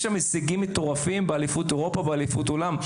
הישגים מטורפים באליפות אירופה, באליפות עולם.